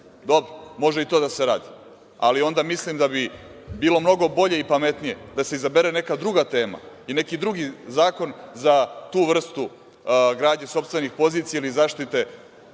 dobro, može i to da se radi, ali onda mislim da bi bilo mnogo bolje i pametnije da se izabere neka druga tema i neki drugi zakon za tu vrstu gradnje sopstvenih pozicija i zaštite